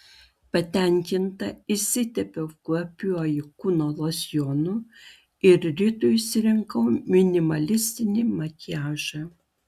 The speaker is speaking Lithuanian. patenkinta išsitepiau kvapiuoju kūno losjonu ir rytui išsirinkau minimalistinį makiažą